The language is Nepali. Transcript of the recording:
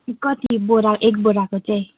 कति बोरा एक बोराको चाहिँ